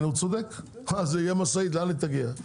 הוא צודק תהיה משאית, לאן היא תגיע?